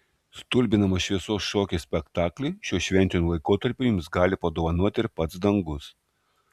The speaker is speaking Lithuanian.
stulbinamą šviesos šokio spektaklį šiuo šventiniu laikotarpiu jums gali padovanoti ir pats dangus